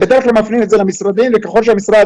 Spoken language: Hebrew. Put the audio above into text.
בדרך כלל מפנים את זה למשרדים וככל שהמשרד